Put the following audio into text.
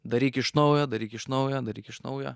daryk iš naujo daryk iš naujo daryk iš naujo